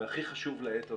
והכי חשוב לעת הזאת.